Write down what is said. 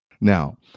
Now